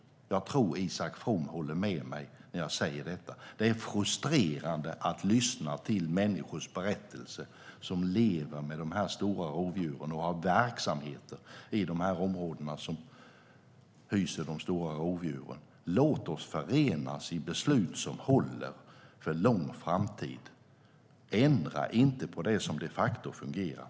Jag tror att Isak From håller med mig när jag säger detta. Det är frustrerande att lyssna till människor som lever med de här stora rovdjuren och har verksamheter i de här områdena. Låt oss förenas i beslut som håller för lång framtid. Ändra inte på det som de facto fungerar.